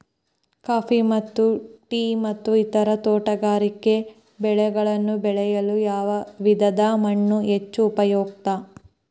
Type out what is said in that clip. Coffee ಮತ್ತು tea ಮತ್ತು ಇತರ ತೋಟಗಾರಿಕೆ ಬೆಳೆಗಳನ್ನು ಬೆಳೆಯಲು ಯಾವ ವಿಧದ ಮಣ್ಣು ಹೆಚ್ಚು ಉಪಯುಕ್ತ?